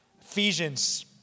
Ephesians